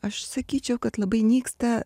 aš sakyčiau kad labai nyksta